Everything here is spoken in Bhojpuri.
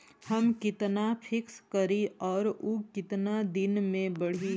हम कितना फिक्स करी और ऊ कितना दिन में बड़ी?